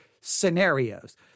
scenarios